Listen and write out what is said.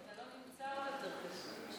כשאתה לא נמצא זה יותר קשה.